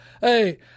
Hey